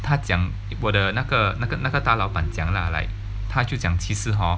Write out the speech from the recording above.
他讲我的那个那个那个大老板讲 lah like 他就讲其实 hor